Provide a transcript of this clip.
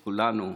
כולנו,